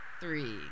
three